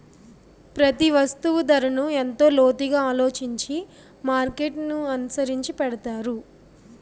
ప్రతి వస్తువు ధరను ఎంతో లోతుగా ఆలోచించి మార్కెట్ననుసరించి పెడతారు